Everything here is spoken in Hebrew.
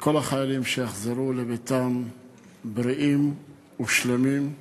כל החיילים, שיחזרו לביתם בריאים ושלמים.